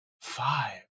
five